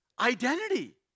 Identity